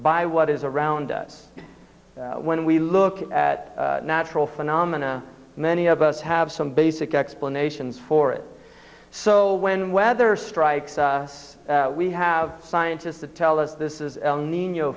by what is around us when we look at natural phenomena many of us have some basic explanations for it so when weather strikes us we have scientists to tell us this is